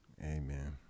Amen